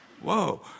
Whoa